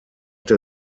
der